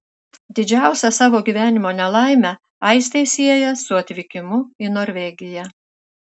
didžiausią savo gyvenimo nelaimę aistė sieja su atvykimu į norvegiją